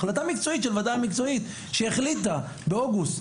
החלטה מקצועית של ועדה מקצועית שהחליטה באוגוסט